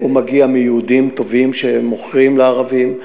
הוא מגיע מיהודים טובים שמוכרים לערבים,